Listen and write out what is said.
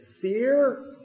fear